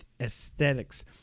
aesthetics